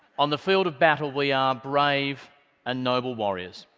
on the field of battle, we are brave and noble warriors.